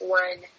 one